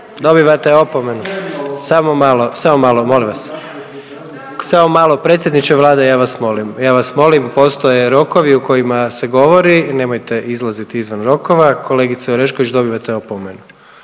Dobivate opomenu. Samo malo, samo malo molim vas, samo malo predsjedniče Vlade ja vas molim, ja vas molim postoje rokovi u kojima se govori nemojte izlazit izvan rokova. Kolegice Orešković dobivate opomenu,